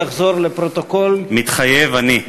תחזור, לפרוטוקול, מתחייב אני.